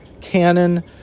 Canon